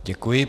Děkuji.